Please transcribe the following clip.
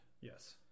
yes